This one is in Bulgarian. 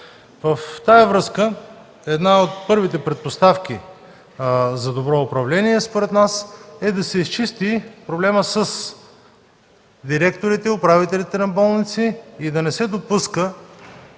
В тази връзка една от първите предпоставки за добро управление според нас е да се изчисти проблемът с директорите и управителите на болници и да не се допуска